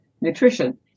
nutrition